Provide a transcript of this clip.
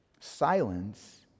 silence